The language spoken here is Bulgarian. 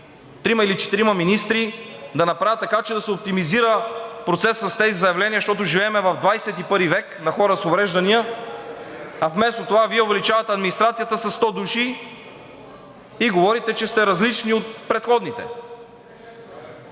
трима или четирима министри да направят така, че да се оптимизира процесът с тези заявления на хора с увреждания, защото живеем в XXI век, а вместо това Вие увеличавате администрацията със 100 души и говорите, че сте различни от предходните.